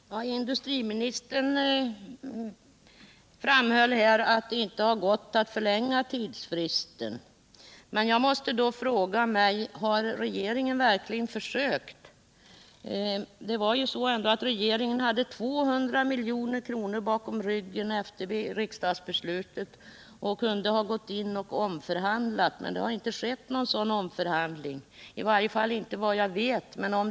Herr talman! Industriministern framhöll att det inte har varit möjligt att förlänga tidsfristen. Jag måste då fråga mig: Har regeringen verkligen försökt? Efter riksdagsbeslutet hade regeringen 200 milj.kr. bakom ryggen och kunde ha gått in och omförhandlat, men någon omförhandling har inte, i varje fall inte såvitt jag vet, ägt rum.